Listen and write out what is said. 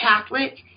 Catholic